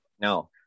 No